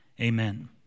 Amen